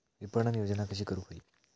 विपणन योजना कशी करुक होई?